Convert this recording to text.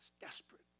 desperate